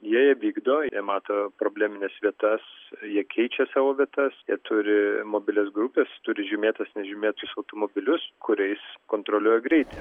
jie ją vykdo jie mato problemines vietas jie keičia savo vietas jie turi mobilias grupes turi žymėtus nežymėtus automobilius kuriais kontroliuoja greitį